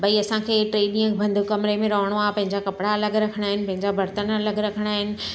भई असांखे टे ॾींहं बंदि कमरे में रहिणो आहे पंहिंजा कपिड़ा अलॻि रखिणा आहिनि पंहिंजा बरतन अलॻि रखिणा आहिनि